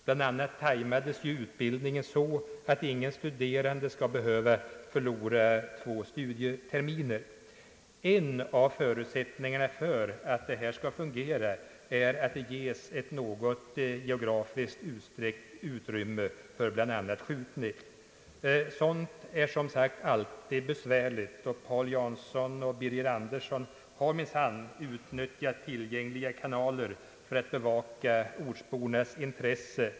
Bland annat har utbildningen »timats» så att ingen studerande skall behöva förlora två studieterminer. En av förutsättningarna för att det här skall fungera är att det ges ett geografiskt något ökat utrymme för bland annat skjutning. Sådant är, som sagt, alltid besvärligt, och herrar Paul Jansson och Birger Andersson har minsann utnyttjat tillgängliga kanaler för att bevaka ortsbornas intressen.